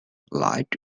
light